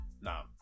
now